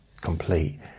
complete